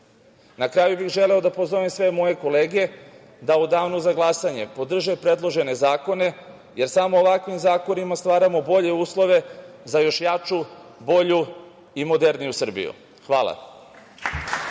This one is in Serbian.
kraju bih želeo da pozovem sve moje kolege da u danu za glasanje podrže predložene zakone, jer samo ovakvim zakonima stvaramo bolje uslove za još jaču, bolju i moderniju Srbiju. Hvala.